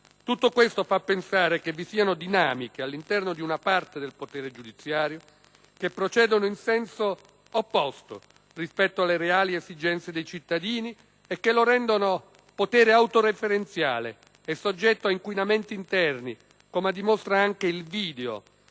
Tutto questo fa pensare che vi siano dinamiche all'interno di una parte del potere giudiziario che procedono in senso opposto rispetto alle reali esigenze dei cittadini e che lo rendono un potere autoreferenziale e soggetto ad inquinamenti interni, come dimostra anche il video